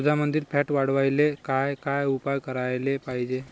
दुधामंदील फॅट वाढवायले काय काय उपाय करायले पाहिजे?